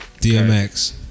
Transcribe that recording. DMX